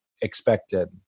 expected